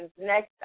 Next